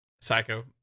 Psycho